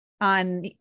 on